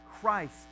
Christ